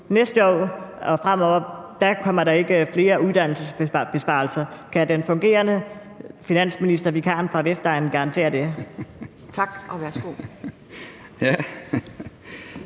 Næste år og fremover kommer der ikke flere uddannelsesbesparelser. Kan den fungerende finansminister, vikaren fra Vestegnen, garantere det? Kl.